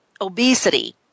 obesity